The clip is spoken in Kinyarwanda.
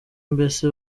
mbese